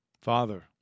Father